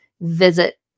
visit